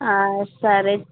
సరే